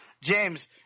James